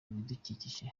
ibidukikije